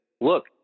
look